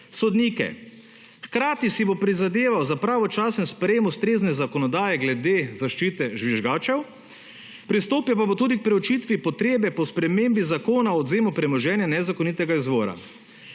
sodnike. Hkrati si bo prizadeval za pravočasen sprejem ustrezne zakonodaje glede zaščite žvižgačev, pristopil pa bo tudi k proučitvi potrebe po spremembi Zakona o odvzemu premoženja nezakonitega izvora.